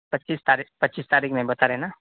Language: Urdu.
پچیس تاریخ پچیس تاریخ میں بتا رہے ہیں نا